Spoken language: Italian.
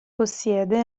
possiede